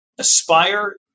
aspire